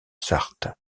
sarthe